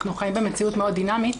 אנחנו חיים במציאות מאוד דינמית.